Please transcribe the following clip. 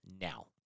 now